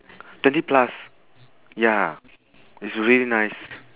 twenty plus ya it's really nice